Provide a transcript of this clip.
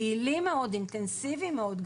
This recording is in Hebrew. פעילים ואינטנסיביים מאוד,